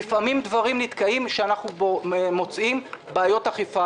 לפעמים דברים נתקעים כשאנחנו מוצאים בעיות אכיפה.